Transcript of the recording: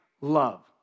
love